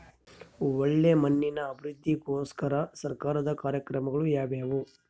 ಒಳ್ಳೆ ಮಣ್ಣಿನ ಅಭಿವೃದ್ಧಿಗೋಸ್ಕರ ಸರ್ಕಾರದ ಕಾರ್ಯಕ್ರಮಗಳು ಯಾವುವು?